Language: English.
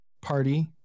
party